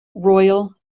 royal